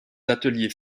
ateliers